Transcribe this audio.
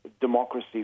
democracy